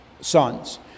sons